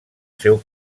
seu